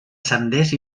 senders